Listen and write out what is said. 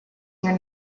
their